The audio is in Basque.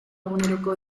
eguneroko